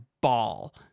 ball